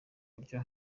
buryo